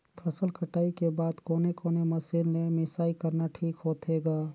फसल कटाई के बाद कोने कोने मशीन ले मिसाई करना ठीक होथे ग?